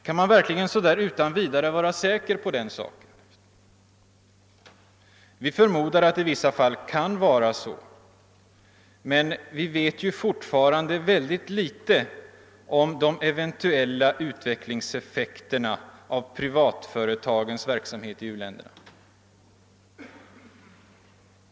Kan man verkligen så där utan vidare vara säker på den saken? Vi förmodar att det i vissa fall kan vara så, men vi vet fortfarande mycket litet om de eventuella utvecklingseffekterna av privatföretagens verksamhet i u-länderna.